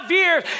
years